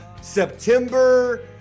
September